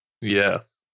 Yes